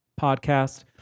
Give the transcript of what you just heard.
podcast